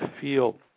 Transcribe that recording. feel